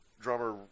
drummer